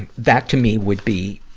and that, to me, would be,